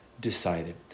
decided